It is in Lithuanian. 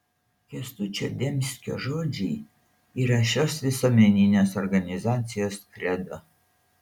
kęstučio demskio žodžiai yra šios visuomeninės organizacijos kredo